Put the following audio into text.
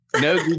no